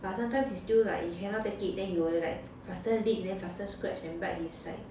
but sometimes he's still like he cannot take it then he will like faster lick then faster scratch and bite his like